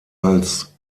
als